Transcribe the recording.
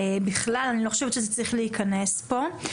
בכלל אני לא חושבת שזה צריך להיכנס פה.